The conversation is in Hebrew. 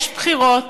יש בחירות,